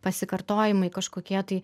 pasikartojimai kažkokie tai